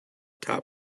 top